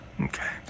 Okay